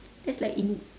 that's like in~